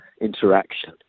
interaction